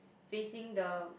facing the